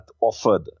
offered